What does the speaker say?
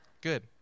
good